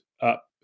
up